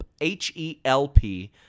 H-E-L-P